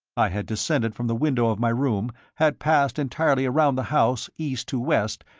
i had descended from the window of my room, had passed entirely around the house east to west,